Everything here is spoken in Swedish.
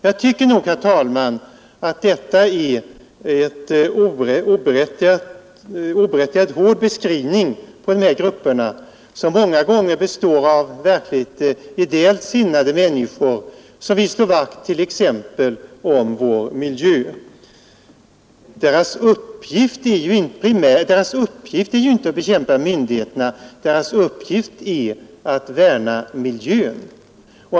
Jag tycker, herr talman, att detta är en oberättigat hård beskrivning av dessa grupper, som många gånger består av verkligt ideellt sinnade människor som vill slå vakt om t.ex. vår miljö. Deras uppgift är ju inte att bekämpa myndigheterna; deras uppgift är att värna miljön.